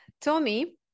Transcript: Tommy